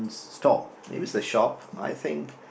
stall maybe it's the shop I think